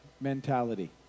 mentality